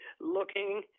looking